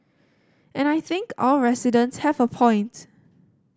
and I think our residents have a point